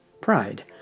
pride